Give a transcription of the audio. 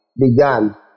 began